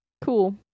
Cool